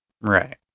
Right